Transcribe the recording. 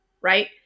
right